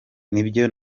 nibyo